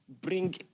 bring